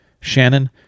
Shannon